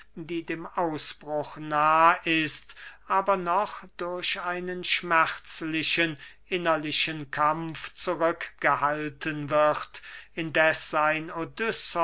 die dem ausbruch nah ist aber noch durch einen schmerzlichen innerlichen kampf zurückgehalten wird indeß sein